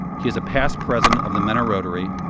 he is a past president of the mentor rotary,